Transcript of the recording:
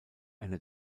einer